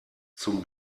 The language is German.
zum